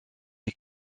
est